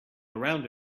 around